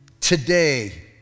today